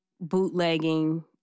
bootlegging